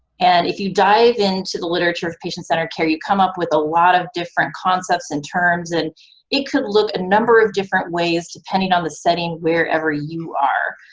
and if you dive into the literature of patient-centered care you come up with a lot of different concepts and terms. and it could look a number of ways depending on the setting wherever you are,